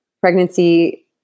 pregnancy